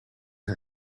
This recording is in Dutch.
een